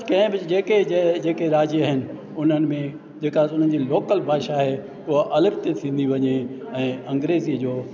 कंहिं बि जेके जेके राज्य आहिनि उन्हनि में जेका उन्हनि जी लोकल भाषा आहे उहा अलॻि थी थींदी वञे ऐं अंग्रेजी जो